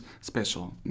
special